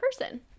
person